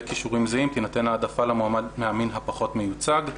כישורים זהים תינתן העדפה למועמד מהמין הפחות מיוצג.